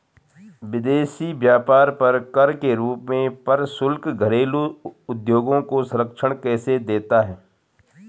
विदेशी व्यापार पर कर के रूप में प्रशुल्क घरेलू उद्योगों को संरक्षण कैसे देता है?